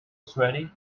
sweaty